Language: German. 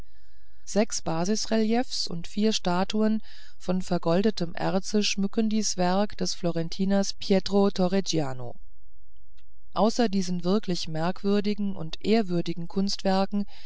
sechs basisreliefs und vier statuen von vergoldetem erze schmücken dies werk des florentiners pietro torregiano außer diesen wirklich merkwürdigen und ehrwürdigen kunstwerken